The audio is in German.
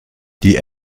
die